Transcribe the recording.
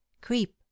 creep